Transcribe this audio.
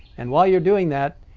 and while you're doing that,